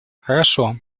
хорошо